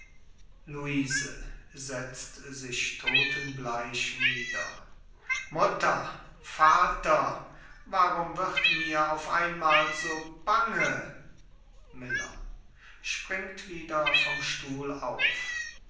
nieder mutter vater warum wird mir auf einmal so bange miller